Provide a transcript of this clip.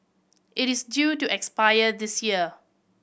it is due to expire this year